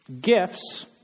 gifts